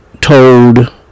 told